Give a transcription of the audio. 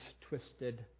twisted